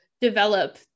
develop